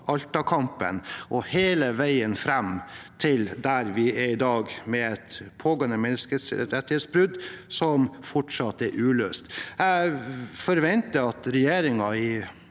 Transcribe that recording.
Alta-kampen og hele veien fram til der vi er i dag, med et pågående menneskerettighetsbrudd som fortsatt er uløst. Jeg forventer at regjeringen i